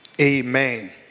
Amen